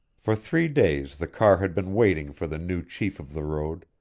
for three days the car had been waiting for the new chief of the road,